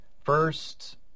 first